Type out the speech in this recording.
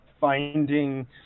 finding